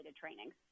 trainings